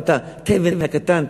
גם את התבן הקטן,